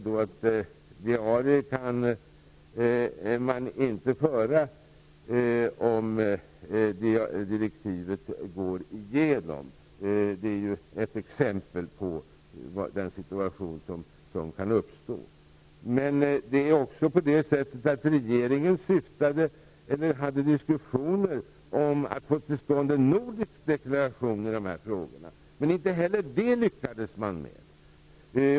Diarier kan inte föras om direktivet går igenom. Det är ett exempel på en situation som kan uppstå. Vidare hade regeringen diskussioner om att få till stånd en nordisk deklaration i de här frågorna. Men inte heller det lyckades man med.